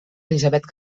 elisabet